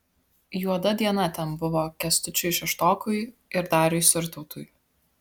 juoda diena ten buvo kęstučiui šeštokui ir dariui sirtautui